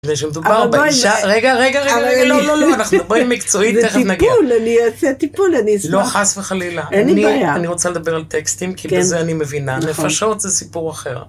הרי כשמדובר על בקשה.... רגע רגע רגע לא לא לא בואי מקצועית תיכף נגיע זה טיפול, אני אעשה טיפול, אני אשמח לא, חס וחלילה אין לי בעיה לא לא, אני רוצה לדבר על טקסטים כי בזה אני מבינה. נפשות זה סיפור אחר.